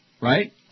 Right